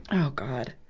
oh god!